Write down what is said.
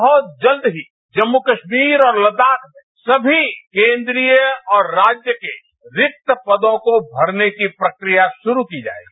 बहुत जल्द ही जम्मू कश्मीरऔर तद्वाख में सभी कंन्द्रीय और राज्य कं रिक्त पदों को भरने की प्रक्रिया शुरूकी जाएगी